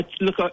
Look